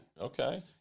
Okay